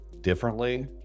differently